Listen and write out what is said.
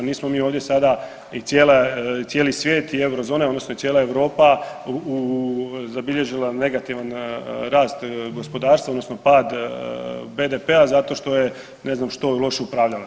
Nismo mi ovdje sada i cijeli svijet i Eurozona odnosno i cijela Europa u, zabilježila negativan rast gospodarstva, odnosno pad BDP-a zato što je ne znam što loše upravljala.